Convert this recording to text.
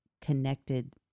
connected